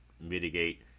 mitigate